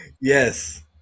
Yes